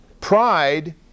Pride